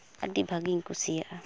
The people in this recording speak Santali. ᱟᱹᱰᱤ ᱵᱷᱟᱹᱜᱤᱧ ᱠᱩᱥᱤᱭᱟᱜᱼᱟ